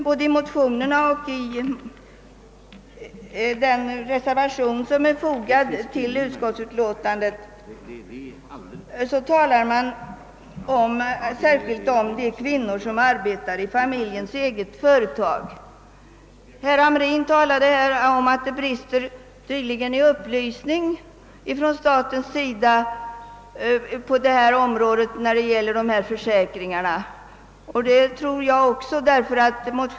Både i motionerna och i den reservation som är fogad till utskottsutlåtandet talas särskilt om kvinnor som arbetar i familjens eget företag. Herr Hamrin i Kalmar framhöll här att det tydligen brister i upplysning från statens sida beträffande försäkringar, och det tror jag också.